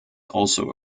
also